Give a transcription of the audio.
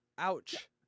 Ouch